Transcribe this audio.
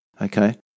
Okay